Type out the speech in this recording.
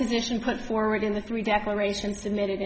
condition put forward in the three declarations submitted